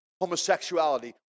homosexuality